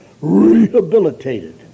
rehabilitated